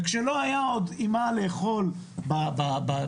וכשלא היה מה לאכול בבית,